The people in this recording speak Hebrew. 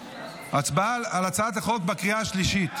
הצבעה על הצעת החוק בקריאה השלישית.